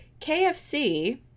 KFC